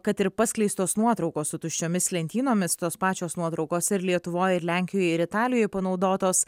kad ir paskleistos nuotraukos su tuščiomis lentynomis tos pačios nuotraukos ir lietuvoj ir lenkijoj ir italijoj panaudotos